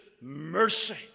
mercy